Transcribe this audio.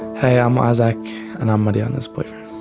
hey, i'm isaac and i'm mariana's boyfriend.